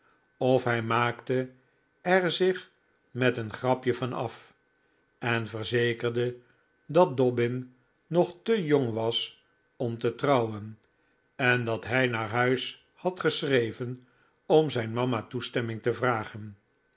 of hij maakte er zich met een grapje van af en verzekerde dat dobbin nog te jong was om te trouwen en dat hij naar huis had geschreven om zijn mama toestemming te vragen